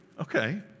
Okay